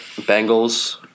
Bengals